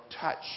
touch